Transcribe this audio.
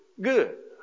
good